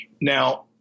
Now